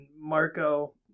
Marco